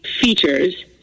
features